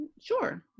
Sure